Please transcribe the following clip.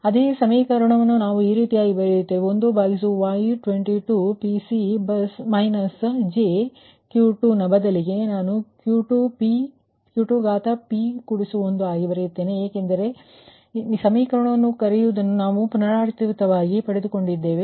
ಆದ್ದರಿಂದ ಅದೇ ಸಮೀಕರಣವನ್ನು ನಾವು ಈ ರೀತಿಯಾಗಿ ಬರೆಯುತ್ತಿದ್ದೇವೆ 1Y22 Pc minus j Q2 ನ ಬದಲಿಗೆ ನಾನು Q2p1 ಆಗಿ ಬರೆಯುತ್ತಿದ್ದೇನೆ ಏಕೆಂದರೆ ಆ Q2p1ನಿಮ್ಮ ಸಮೀಕರಣವನ್ನು ಕರೆಯುವುದನ್ನು ಇದನ್ನು ಪುನರಾವರ್ತಿತವಾಗಿ ಪಡೆದುಕೊಂಡಿದ್ದೀರಿ